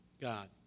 God